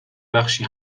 بخشی